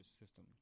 system